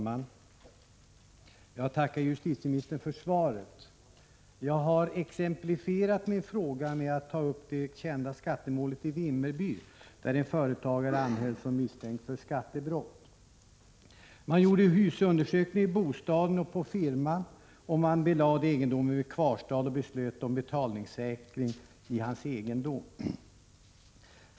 Fru talman! Jag tackar justitieministern för svaret. Jag har exemplifierat min fråga med att ta upp det kända skattemålet i Vimmerby där en företagare anhölls som misstänkt för skattebrott. Man gjorde husundersökning i bostaden och på firman, belade egendomen med kvarstad och beslöt om betalningssäkring i hans egendom.